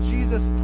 Jesus